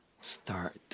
start